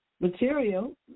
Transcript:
material